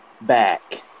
back